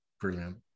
Brilliant